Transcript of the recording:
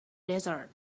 desert